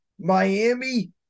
Miami